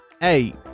Hey